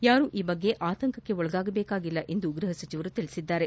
ಯಾರೂ ಈ ಬಗ್ಗೆ ಆತಂಕಕ್ಕೆ ಒಳಗಾಗಬೇಕಿಲ್ಲ ಎಂದು ಗೃಹಸಚಿವರು ಹೇಳಿದರು